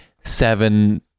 seven